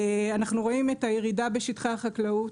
אנחנו רואים את הירידה בשטחי החקלאות.